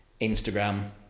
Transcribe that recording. Instagram